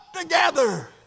together